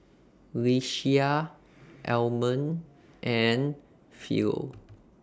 Ieshia Almon and Philo